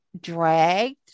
dragged